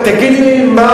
תגידי לי,